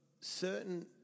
certain